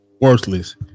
worthless